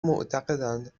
معتقدند